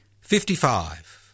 fifty-five